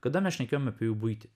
kada mes šnekėjome apie jų buitį